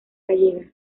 gallega